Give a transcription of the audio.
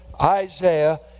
Isaiah